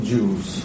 Jews